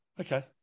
Okay